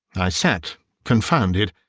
i sat confounded,